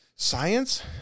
Science